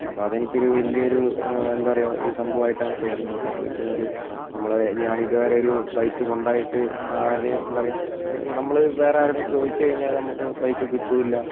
അപ്പോൾ അതെനിക്കൊരു വലിയൊരു എന്താ പറയാ ഒരു സംഭവമായിട്ടാണ് തോന്നിയത് കാരണം എന്താ വെച്ച്കഴിഞ്ഞാൽ നമ്മൾ ഞാൻ ഇതുവരെ ഒരു ബൈക്ക് സ്വന്തമായിട്ട് ആരുടെയും എന്താ പറയാ നമ്മൾ വേറെ ആരുടെയും ചോദിച്ചു കഴിഞ്ഞാൽ നമുക്ക് ബൈക്ക് കിട്ടുവുമില്ല